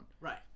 right